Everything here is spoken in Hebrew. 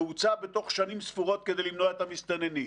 והוצא בתוך שנים ספורות כדי למנוע את המסתננים,